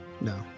No